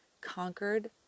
conquered